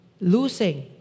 Losing